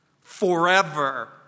forever